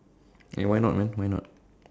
and why not man why not